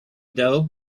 dough